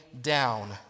down